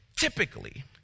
Typically